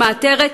שמאתרת,